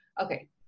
okay